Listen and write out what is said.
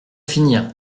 finir